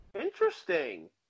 Interesting